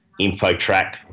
InfoTrack